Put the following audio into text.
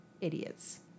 idiots